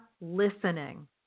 listening